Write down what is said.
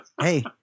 hey